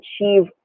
achieve